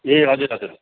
ए हजुर हजुर